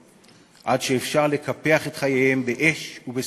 עד שאפשר לקפח את חייהם באש ובסכין,